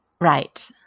Right